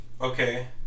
okay